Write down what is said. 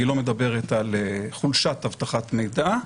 היא לא מדברת על חולשת אבטחת מידע,